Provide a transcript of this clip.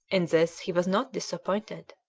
in this he was not disappointed.